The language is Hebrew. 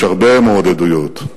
יש הרבה מאוד עדויות,